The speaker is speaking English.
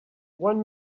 one